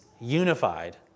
unified